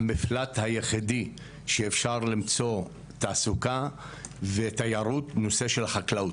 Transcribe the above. המפלט היחידי שאפשר למצוא תעסוקה ותיירות זה הנושא של החקלאות,